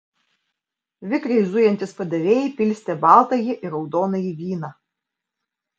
vikriai zujantys padavėjai pilstė baltąjį ir raudonąjį vyną